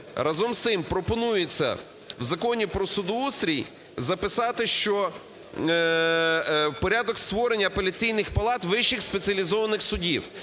Разом з тим, пропонується в Законі про судоустрій записати, що порядок створення апеляційних палат вищих спеціалізованих суддів…